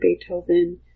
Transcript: Beethoven